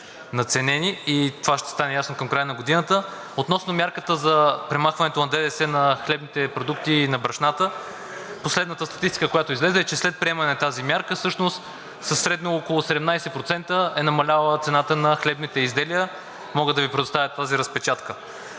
надценени. Това ще стане ясно към края на годината. Относно мярката за премахването на ДДС на хлебните продукти и на брашната. Последната статистика, която излезе, е, че след приемане на тази мярка всъщност със средно около 17% е намаляла цената на хлебните изделия. Мога да Ви предоставя тази разпечатка.